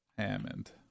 Hammond